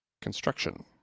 construction